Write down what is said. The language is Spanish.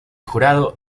jurado